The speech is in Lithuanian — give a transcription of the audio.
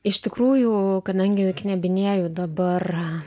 iš tikrųjų kadangi knebinėju dabar